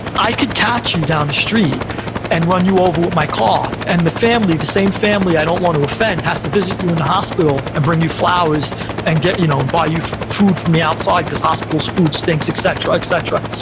i could catch you down the street and run you over with my car, and the family, the same family i don't want to offend, has to visit you in the hospital and bring you flowers and you know buy you food from the outside, because hospital food stinks, et cetera, et cetera.